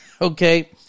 Okay